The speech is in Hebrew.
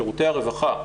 שירותי הרווחה,